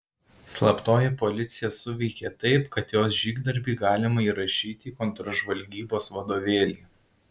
slaptoji policija suveikė taip kad jos žygdarbį galima įrašyti į kontržvalgybos vadovėlį